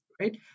right